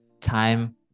time